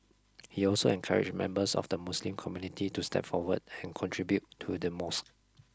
he also encouraged members of the Muslim Community to step forward and contribute to the mosque